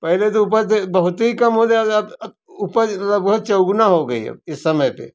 पहले तो उपज बहुत ही काम होता था अब उपज लगभग चौगुना हो गई अब इस समय पे